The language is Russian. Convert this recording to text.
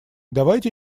давайте